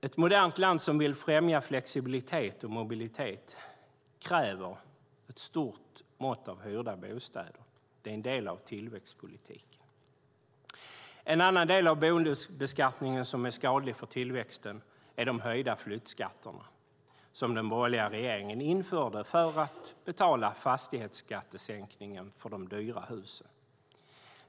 Ett modernt land som vill främja flexibilitet och mobilitet kräver ett stort mått av hyrda bostäder. Det är en del av tillväxtpolitiken. En annan del av boendebeskattningen som är skadlig för tillväxten är de höjda flyttskatterna, som den borgerliga regeringen införde för att betala fastighetsskattesänkningen på de dyra husen.